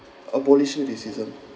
abolishing racism